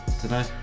today